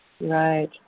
Right